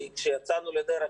כאשר יצאנו לדרך,